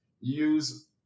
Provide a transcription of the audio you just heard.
use